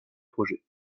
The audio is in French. projet